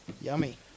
Yummy